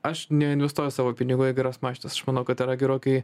aš neinvestuoju savo pinigų į geras mašinas aš manau kad yra gerokai